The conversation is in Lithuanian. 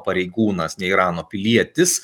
pareigūnas ne irano pilietis